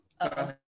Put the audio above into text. okay